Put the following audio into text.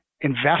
invest